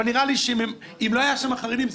אבל נראה לי שאם לא היו שמה חרדים,